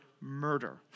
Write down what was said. murder